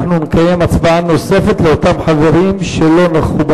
אנחנו נקיים הצבעה נוספת לאותם חברים שלא נכחו.